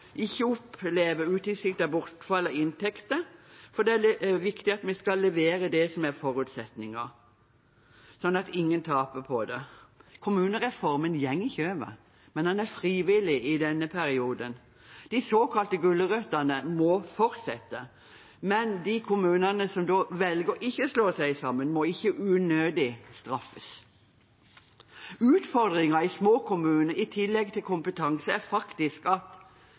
ikke skal oppleve utilsiktet bortfall av inntekter. Det er viktig at vi skal levere det som er forutsetningen, sånn at ingen taper på det. Kommunereformen går ikke over, men den er frivillig i denne perioden. De såkalte gulrøttene må fortsette, men de kommunene som da velger ikke å slå seg sammen, må ikke straffes unødig. Utfordringen i små kommuner, i tillegg til kompetanse, er at